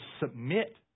submit